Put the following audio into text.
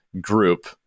group